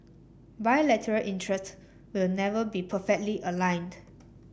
bilateral interest will never be perfectly aligned